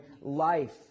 life